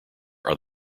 are